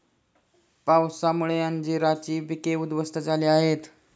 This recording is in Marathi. पावसामुळे अंजीराची पिके उध्वस्त झाली आहेत